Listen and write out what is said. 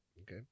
okay